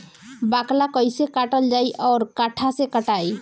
बाकला कईसे काटल जाई औरो कट्ठा से कटाई?